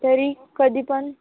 तरी कधी पण